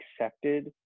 accepted